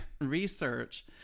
research